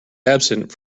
absent